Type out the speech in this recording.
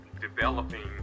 developing